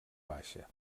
baixa